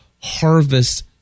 harvest